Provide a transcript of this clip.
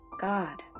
God